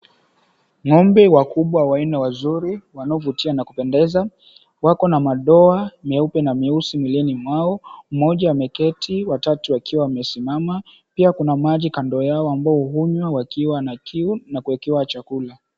Ng'ombe wakubwa wanne wazuri wanaovutia na kupendeza wako na madoa meupe na meusi miwilini mwao. Mmoja ameketi, watatu wakiwa wamesimama, pia kuna maji kando yao ambayo hunywa wakiwa na kiu na kuekewa chakula.